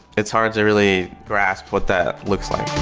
it's hard to really grasp what that looks like.